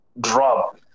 drop